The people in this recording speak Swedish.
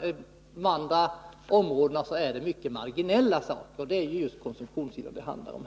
På de andra områdena är satsningarna mycket marginella, och här är det just konsumtionssidan det handlar om.